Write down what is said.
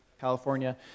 California